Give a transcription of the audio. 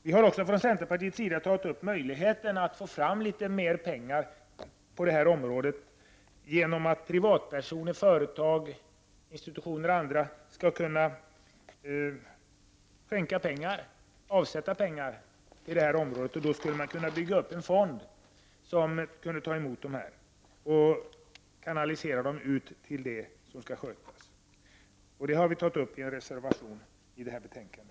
Vi har från centerpartiets sida tagit upp möjligheten att få fram litet mera pengar genom att privatpersoner, företag, institutioner och andra skänker pengar till att bygga upp en fond, varifrån pengarna kanaliseras. Detta har vi tagit upp i en reservation till detta betänkande.